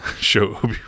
show